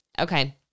Okay